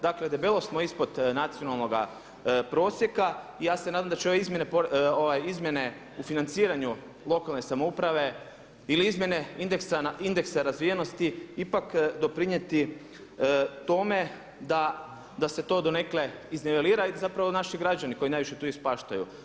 Dakle, debelo smo ispod nacionalnoga prosjeka i ja se nadam da će ove izmjene u financiranju lokalne samouprave ili izmjene indeksa, na indekse razvijenosti ipak doprinijeti tome da se to donekle iznivelira i zapravo naši građani koji tu najviše ispaštaju.